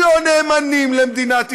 לא נאמנים למדינת ישראל,